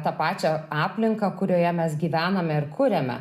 tą pačią aplinką kurioje mes gyvename ir kuriame